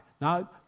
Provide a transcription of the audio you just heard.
Now